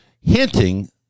hinting